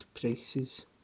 prices